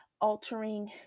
altering